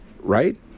right